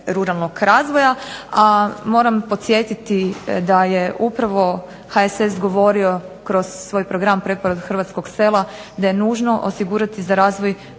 ruralnog razvoja, a moram podsjetiti da je upravo HSS govorio kroz svoj program preporod hrvatskog sela da je nužno osigurati za razvoj